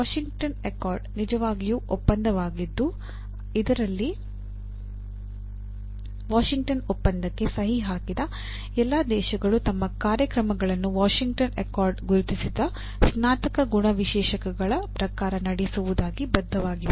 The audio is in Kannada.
ವಾಷಿಂಗ್ಟನ್ ಅಕಾರ್ಡ್ ನಿಜವಾಗಿಯೂ ಒಪ್ಪಂದವಾಗಿದ್ದು ಇದರಲ್ಲಿ ವಾಷಿಂಗ್ಟನ್ ಒಪ್ಪಂದಕ್ಕೆ ಸಹಿ ಹಾಕಿದ ಎಲ್ಲಾ ದೇಶಗಳು ತಮ್ಮ ಕಾರ್ಯಕ್ರಮಗಳನ್ನು ವಾಷಿಂಗ್ಟನ್ ಅಕಾರ್ಡ್ ಗುರುತಿಸಿದ ಸ್ನಾತಕ ಗುಣವಿಶೇಷಕಗಳ ಪ್ರಕಾರ ನಡೆಸುವುದಾಗಿ ಬದ್ಧವಾಗಿವೆ